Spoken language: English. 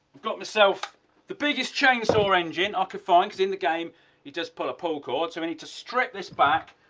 got myself the biggest chainsaw engine i ah could find, because in the game you just pull a pull cord. so, i need to strip this back,